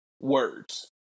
words